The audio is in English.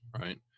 right